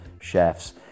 chefs